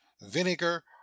vinegar